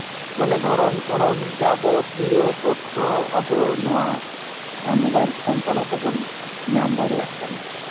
ᱢᱟᱱᱮ ᱫᱷᱚᱨᱚᱢ ᱠᱚᱨᱚᱢ ᱡᱟᱵᱚᱛᱤᱭᱚ ᱛᱚᱛᱛᱷᱚ ᱟᱵᱚ ᱱᱚᱣᱟ ᱢᱳᱵᱟᱭᱤᱞ ᱯᱷᱳᱱ ᱛᱟᱞᱟ ᱛᱮᱵᱚᱱ ᱧᱟᱢ ᱫᱟᱲᱮᱭᱟᱜ ᱠᱟᱱᱟ